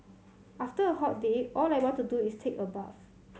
after a hot day all I want to do is take a bath